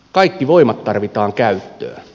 kaikki voimat tarvitaan käyttöön